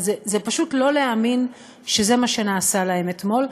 וזה פשוט לא להאמין שזה מה שנעשה להם אתמול.